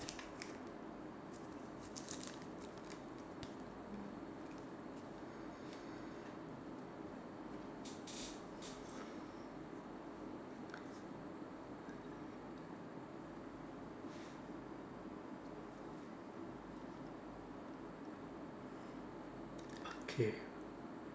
okay